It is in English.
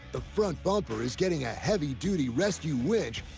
the front bumper is getting a heavy-duty rescue winch,